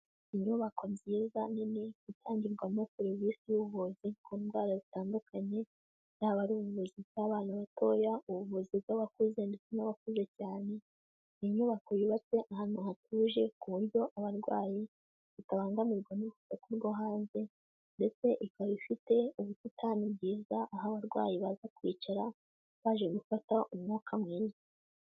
Inyubako nziza nini itangirwamo serivise y'ubuvuzi ku ndwara zitandukanye, yaba ari ubuvuzi bw'abana batoya, ubuvuzi bw'abakuze ndetse n'abakuze cyane, ni inyubako yubatse ahantu hatuje ku buryo abarwayi batabangamirwa n'urusakaku rwo hanze ndetse ikaba ifite ubusitani bwiza aho abarwayi baza kwicara, baje gufata umwuka mwiza.